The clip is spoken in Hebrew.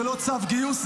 זה לא צו גיוס,